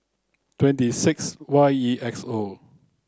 twenty six Y E X O